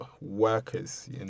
workers